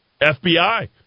FBI